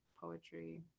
poetry